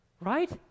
right